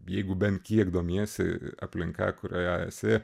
jeigu bent kiek domiesi aplinka kurioje esi